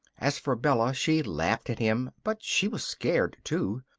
as for bella, she laughed at him, but she was scared, too.